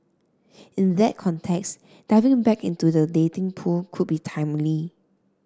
in that context diving back into the dating pool could be timely